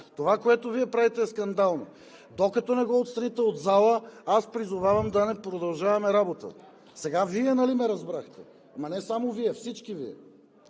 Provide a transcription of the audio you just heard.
Това, което Вие правите, е скандално. Докато не го отстраните от залата, аз призовавам да не продължаваме работа. Сега Вие нали ме разбрахте, но не само Вие, а всички Ви.